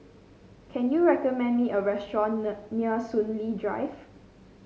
can you recommend me a restaurant near Soon Lee Drive